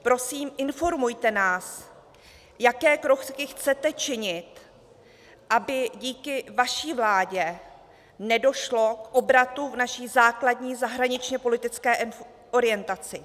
Prosím, informujte nás, jaké kroky chcete činit, aby díky vaší vládě nedošlo k obratu v naší základní zahraničněpolitické orientaci.